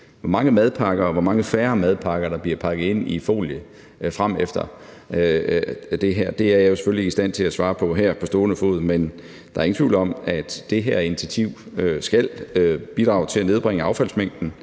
Hvor mange madpakker og hvor mange færre madpakker der bliver pakket ind i folie efter det her, er jeg jo selvfølgelig ikke i stand til at svare på her på stående fod, men der er ingen tvivl om, at det her initiativ skal bidrage til at nedbringe affaldsmængden